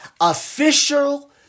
official